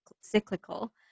cyclical